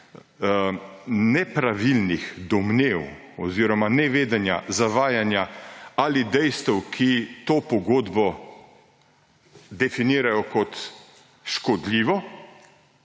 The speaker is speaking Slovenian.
nepravilnih domnev oziroma nevedenja, zavajanja ali dejstev, ki to pogodbo definirajo kot škodljivo,